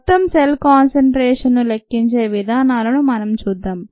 మొత్తం cell concentration ను లెక్కించే విధానాలను మనం చూద్దాం